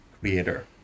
creator